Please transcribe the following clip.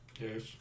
Yes